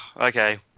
Okay